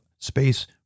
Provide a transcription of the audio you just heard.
space